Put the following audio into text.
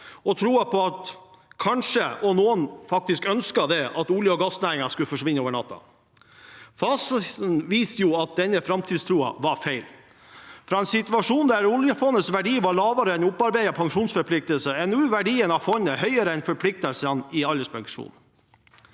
og faktisk kanskje ønsket til noen – at olje- og gassnæringen kanskje skulle forsvinne over natten. Fasiten viser at denne framtidstroen var feil. Fra en situasjon der oljefondets verdi var lavere enn opparbeidede pensjonsforpliktelser, er nå verdien av fondet høyere enn forpliktelsene til alderspensjon,